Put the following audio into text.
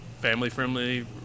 family-friendly